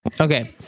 Okay